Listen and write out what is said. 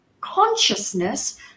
consciousness